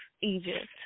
Egypt